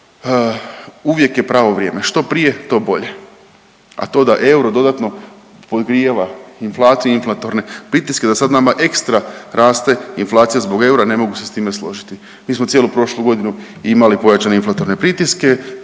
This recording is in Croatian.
Uvijek je pravo vrijeme, što prije to bolje. A to da euro dodatno podgrijava inflaciju i inflatorne pritiske, da sad nama ekstra raste inflacija zbog eura ne mogu se s time složiti. Mi smo cijelu prošlu godinu imali pojačane inflatorne pritiske.